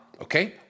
Okay